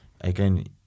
again